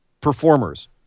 performers